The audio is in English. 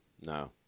No